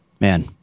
man